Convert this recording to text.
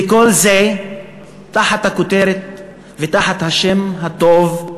וכל זה תחת הכותרת ותחת השם הטוב,